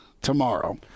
tomorrow